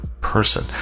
person